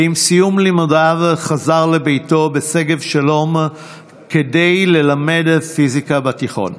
ועם סיום לימודיו חזר לביתו בשגב שלום כדי ללמד פיזיקה בתיכון.